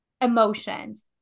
emotions